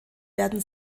werden